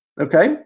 Okay